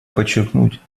подчеркнуть